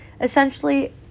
Essentially